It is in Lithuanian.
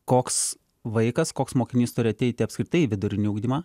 koks vaikas koks mokinys turi ateiti apskritai į vidurinį ugdymą